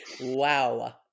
Wow